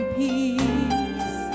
peace